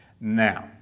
Now